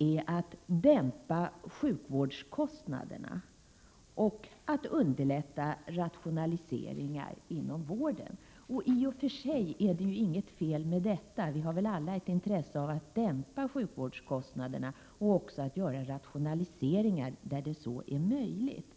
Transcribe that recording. är att dämpa sjukvårdskostnaderna och underlätta rationaliseringar inom vården. I och för sig är det inget fel i detta — alla har väl ett intresse av att dämpa sjukvårdskostnaderna och att göra rationaliseringar där det är möjligt.